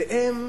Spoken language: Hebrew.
והם,